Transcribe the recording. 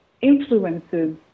influences